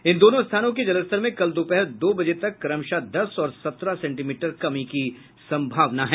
इन दोनों स्थानों के जलस्तर में कल दोपहर दो बजे तक क्रमशः दस और सत्रह सेंटीमीटर कमी की संभावना है